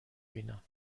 بینم